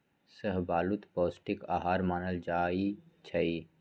शाहबलूत पौस्टिक अहार मानल जाइ छइ